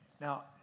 Now